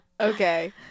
okay